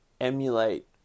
emulate